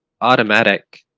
automatic